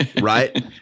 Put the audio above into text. Right